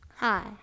Hi